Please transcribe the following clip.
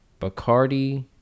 Bacardi